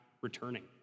returning